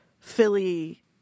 Philly